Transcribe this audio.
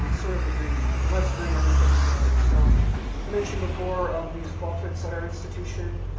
sort of the dream like let's bring everything together. so i mentioned before, um we use qualtrics at our institution.